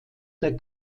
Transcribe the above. der